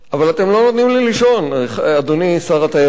אבל אתם לא נותנים לי לישון, אדוני שר התיירות.